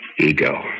ego